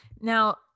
now